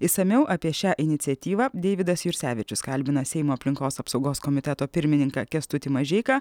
išsamiau apie šią iniciatyvą deividas jursevičius kalbina seimo aplinkos apsaugos komiteto pirmininką kęstutį mažeiką